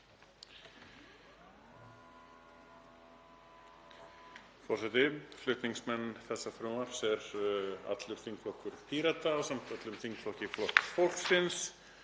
Forseti. Flutningsmenn þessa frumvarps eru allur þingflokkur Pírata ásamt öllum þingflokki Flokks fólksins